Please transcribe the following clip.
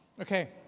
Okay